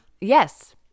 Yes